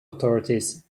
authorities